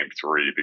three